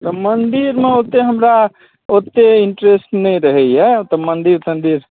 ओ तऽ मन्दिरमे ओतेक हमरा ओतेक इन्ट्रेस्ट नहि रहैए तऽ मन्दिर तन्दिर